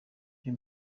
iyo